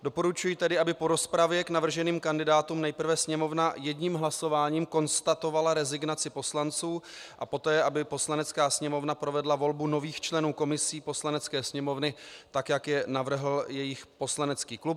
Doporučuji tedy, aby po rozpravě k navrženým kandidátům nejprve Sněmovna jedním hlasováním konstatovala rezignaci poslanců, a poté Poslanecká sněmovna provedla volbu nových členů komisí Poslanecké sněmovny, tak jak je navrhl jejich poslanecký klub.